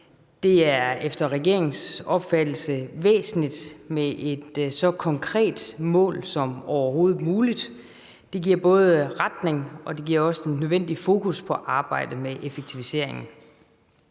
Det er efter regeringens opfattelse væsentligt med et så konkret mål som overhovedet muligt. Det giver både retning og også det nødvendige fokus på arbejdet med effektiviseringen.